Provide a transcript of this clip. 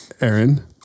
Aaron